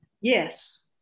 yes